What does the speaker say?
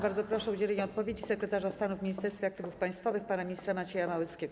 Bardzo proszę o udzielenie odpowiedzi sekretarza stanu w Ministerstwie Aktywów Państwowych pana ministra Macieja Małeckiego.